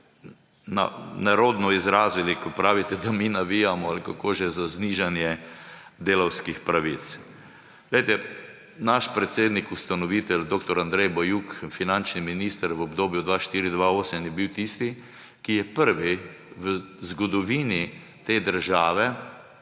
nerodno izrazili, ko pravite, da mi navijamo ali kako že za znižanje delavski pravic. Naš predsednik, ustanovitelj dr. Andrej Bajuk, finančni minister v obdobju 2004−2008 je bil tisti, ki je prvi v zgodovini te države